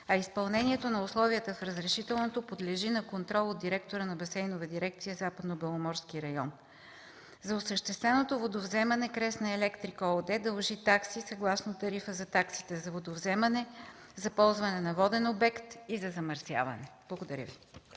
а изпълнението на условията с разрешителното подлежи на контрол от директора на Басейнова дирекция Западнобеломорски район. За осъщественото водовземане „Кресна Електрик” ООД дължи такси съгласно тарифа за таксите за водовземане, за ползване на воден обект и за замърсяване. Благодаря Ви.